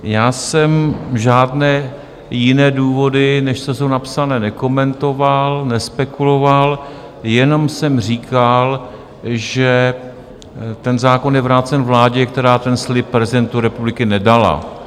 Já jsem žádné jiné důvody, než co jsou napsané, nekomentoval, nespekuloval, jenom jsem říkal, že ten zákon je vrácen vládě, která ten slib prezidentu republiky nedala.